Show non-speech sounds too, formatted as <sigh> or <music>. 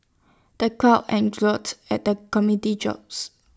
the crowd <unintelligible> at the comedy jokes